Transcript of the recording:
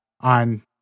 on